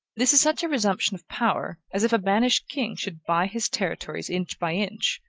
this is such a resumption of power, as if a banished king should buy his territories inch by inch,